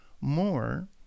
more